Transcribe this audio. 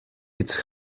its